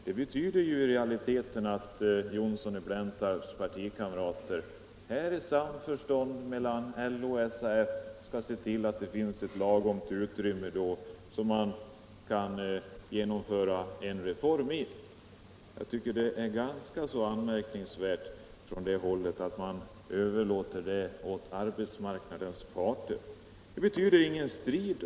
Det betyder ju i realiteten att herr Johnssons partikamrater i samförstånd med LO och SAF skall se till att det finns ett lagom stort utrymme för att genomföra en reform. Jag tycker det är ganska anmärkningsvärt att man från det hållet överlåter detta åt arbetsmarknadens parter. Det betyder: ingen strid.